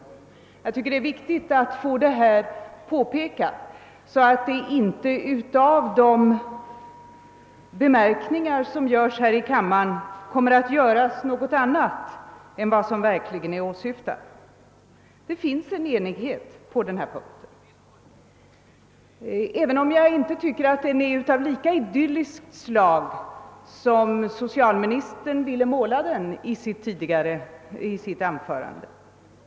Det är viktigt att detta påpekas, så att inte i de be: märkningar som görs här i kammaren läggs in något annat än vad som verkligen är åsyftat. Det råder alltså enighet på denna punkt, även om jag inte tycker att den är så idyllisk som socialministern målade den i sitt anförande.